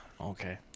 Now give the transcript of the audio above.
Okay